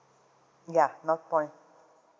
ya northpoint